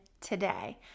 today